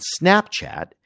Snapchat